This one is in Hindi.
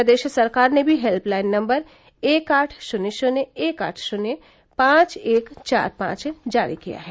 प्रदेश सरकार ने भी हेल्पलाइन नम्बर एक आठ शून्य शून्य एक आठ शून्य पांच एक चार पांच जारी किया है